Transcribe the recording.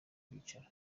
ibyicaro